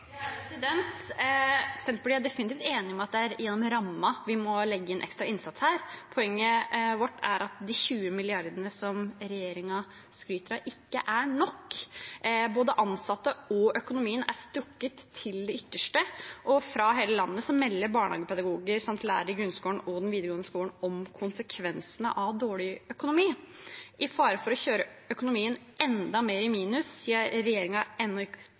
legge inn ekstra innsats her. Poenget vårt er at de 20 milliardene regjeringen skryter av, ikke er nok. Både ansatte og økonomien er strukket til det ytterste, og fra hele landet melder barnehagepedagoger og lærere i grunnskolen og den videregående skolen om konsekvensene av dårlig økonomi. I fare for å kjøre økonomien enda mer i minus fordi regjeringen ennå ikke